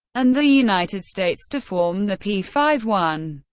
and the united states, to form the p five one.